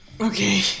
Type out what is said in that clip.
Okay